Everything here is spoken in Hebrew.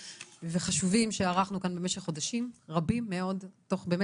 וחשובים שערכנו כאן במשך חודשים רבים מאוד תוך באמת